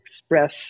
express